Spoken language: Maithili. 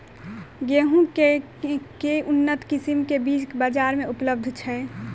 गेंहूँ केँ के उन्नत किसिम केँ बीज बजार मे उपलब्ध छैय?